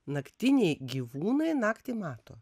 naktiniai gyvūnai naktį mato